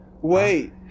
Wait